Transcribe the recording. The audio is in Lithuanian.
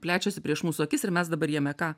plečiasi prieš mūsų akis ir mes dabar jame ką